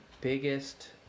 biggest